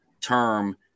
term